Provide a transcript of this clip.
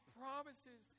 promises